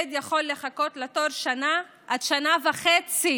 ילד יכול לחכות לתור שנה עד שנה וחצי